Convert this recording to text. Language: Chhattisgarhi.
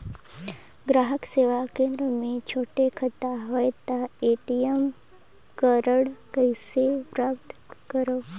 ग्राहक सेवा केंद्र मे छोटे खाता हवय त ए.टी.एम कारड कइसे प्राप्त करव?